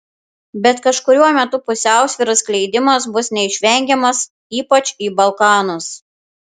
bet kažkuriuo metu pusiausvyros skleidimas bus neišvengiamas ypač į balkanus